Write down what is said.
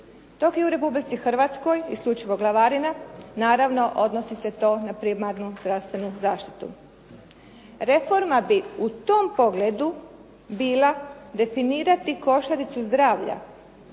Dok je u Republici Hrvatskoj, isključivo glavarina, naravno odnosi se to na primarnu zdravstvenu zaštitu. Reforma bi u tom pogledu bila definirati košaricu zdravlja